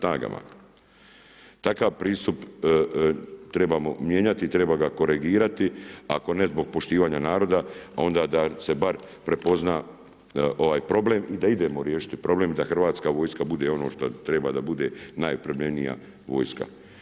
Takav pristup trebamo mijenjati, treba ga korigirati, ako ne zbog poštivanja naroda onda da se bar prepozna ovaj problem i da idemo riješiti problem, da hrvatska vojska bude ono što treba da bude, najopremljenija vojska.